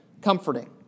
comforting